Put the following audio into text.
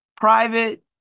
private